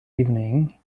evening